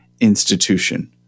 institution